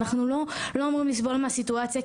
אנחנו לא אמורים לסבול מהסיטואציה,